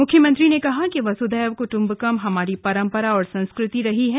मुख्यमंत्री ने कहा कि वसुधैव कुट्म्बकम हमारी परम्परा व संस्कृति रही है